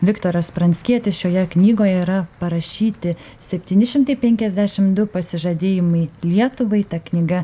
viktoras pranckietis šioje knygoje yra parašyti septyni šimtai penkiasdešim du pasižadėjimai lietuvai ta knyga